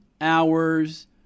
hours